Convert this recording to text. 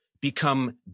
become